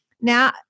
Now